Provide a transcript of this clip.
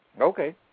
Okay